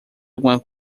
alguma